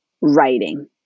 writing